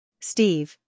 Steve